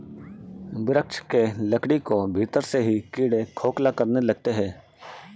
वृक्ष के लकड़ी को भीतर से ही कीड़े खोखला करने लगते हैं